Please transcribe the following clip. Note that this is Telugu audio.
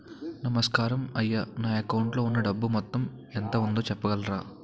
నమస్కారం అయ్యా నా అకౌంట్ లో ఉన్నా డబ్బు మొత్తం ఎంత ఉందో చెప్పగలరా?